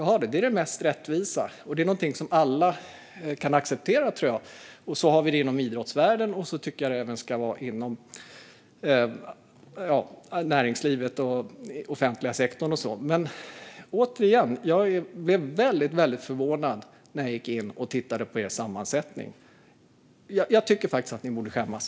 Det är det mest rättvisa, och det är något som alla kan acceptera, tror jag. Så är det inom idrottsvärlden, och jag tycker att det även ska vara så inom näringslivet och offentlig sektor. Jag blev återigen väldigt förvånad när jag tittade på er sammansättning. Jag tycker faktiskt att ni borde skämmas.